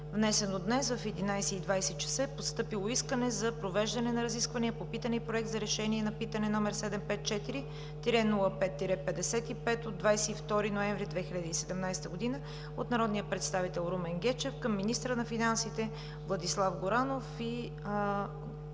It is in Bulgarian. внесено днес в 11,20 ч., е постъпило искане за провеждане на разисквания по питане и Проект за решение на питане, № 754-05-55 от 22 ноември 2017 г., от народния представител Румен Гечев към министъра на финансите Владислав Горанов